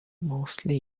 mostly